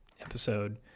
episode